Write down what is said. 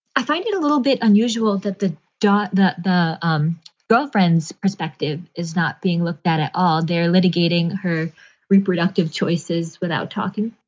i find it a little bit unusual that the job that the um girlfriend's perspective is not being looked at at all, they're litigating her reproductive choices without talking